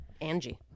Angie